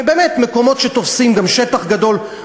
באמת מקומות שתופסים גם שטח גדול,